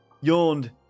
yawned